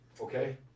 okay